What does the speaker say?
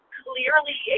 clearly